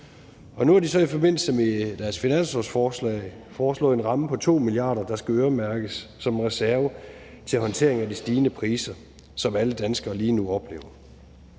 nu har de så i forbindelse med deres finanslovsforslag foreslået en ramme på 2 mia. kr., der skal øremærkes som reserve til håndtering af de stigende priser, som alle danskere lige nu oplever.